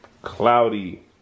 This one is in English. Cloudy